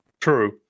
True